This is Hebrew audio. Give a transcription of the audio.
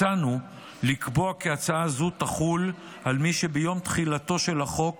הצענו לקבוע כי הצעה זו תחול על מי שביום תחילתו של החוק